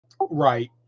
right